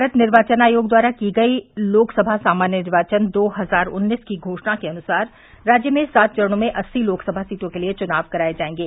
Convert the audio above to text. भारत निर्वाचन आयोग द्वारा की गई लोकसभा सामान्य निर्वाचन दो हजार उन्नीस की घोषणा के अनुसार राज्य में सात चरणों में अस्सी लोकसभा सीटो के लिये चुनाव कराये जायेंगे